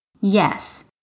Yes